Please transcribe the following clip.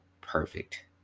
perfect